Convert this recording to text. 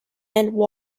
and